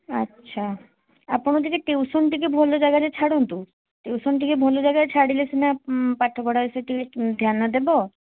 ଆଚ୍ଛା ଆପଣ ଟିକିଏ ଟିଉସନ୍ ଟିକିଏ ଭଲ ଜାଗାରେ ଛାଡ଼ନ୍ତୁ ଟିଉସନ୍ ଟିକିଏ ଭଲ ଜାଗାରେ ଛାଡ଼ିଲେ ସିନା ପାଠପଢ଼ାରେ ସିଏ ଟିକିଏ ଧ୍ୟାନ ଦେବ